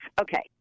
okay